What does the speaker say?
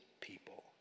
people